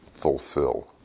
fulfill